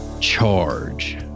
charge